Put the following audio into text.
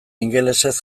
ingelesez